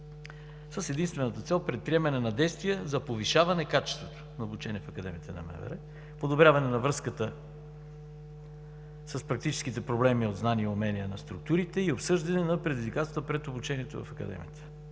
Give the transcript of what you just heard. с единствената цел предприемане на действия за повишаване качеството на обучение в Академията на МВР, подобряване на връзката с практическите проблеми от знания и умения на структурите и обсъждане на предизвикателствата пред обучението в Академията